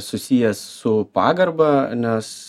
susijęs su pagarba nes